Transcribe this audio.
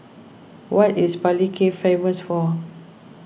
what is Palikir famous for